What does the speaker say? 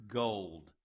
gold